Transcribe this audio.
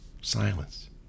silence